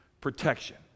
protection